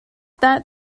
that